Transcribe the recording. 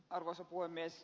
arvoisa puhemies